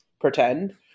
pretend